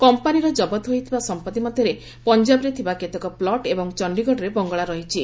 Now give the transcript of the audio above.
କମ୍ପାନୀର କବତ ହୋଇଥିବା ସମ୍ପତ୍ତି ମଧ୍ୟରେ ପଞ୍ଜାବ୍ରେ ଥିବା କେତେକ ପ୍କଟ୍ ଏବଂ ଚଣ୍ଡୀଗଡ଼ରେ ବଙ୍ଗଳା ରହିଛି